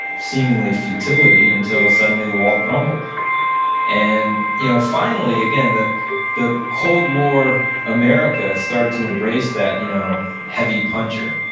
seemingly futility until suddenly the wall crumbled and you know finally, again, the the cold war america started to embrace that you know heavy puncher,